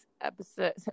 episode